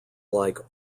like